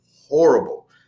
horrible